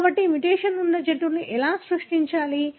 కాబట్టి ఈ మ్యుటేషన్ ఉన్న జంతువును ఎలా సృష్టించాలి